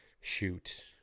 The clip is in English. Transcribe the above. shoot